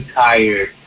tired